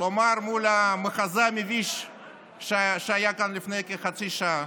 אבל מול המחזה המביש שהיה כאן לפני כחצי שעה.